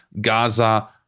Gaza